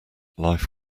life